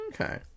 Okay